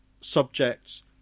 subjects